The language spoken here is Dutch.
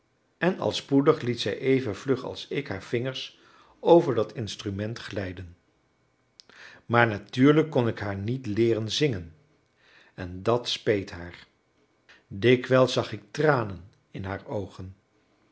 en al spoedig liet zij even vlug als ik haar vingers over dat instrument glijden maar natuurlijk kon ik haar niet leeren zingen en dat speet haar dikwijls zag ik tranen in haar oogen